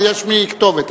יש כתובת.